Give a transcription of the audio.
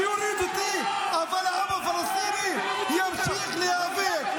שיוריד אותי, אבל העם הפלסטיני ימשיך להיאבק.